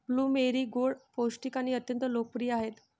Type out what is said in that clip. blueberry गोड, पौष्टिक आणि अत्यंत लोकप्रिय आहेत